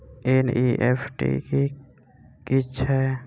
NEFT की छीयै?